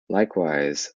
likewise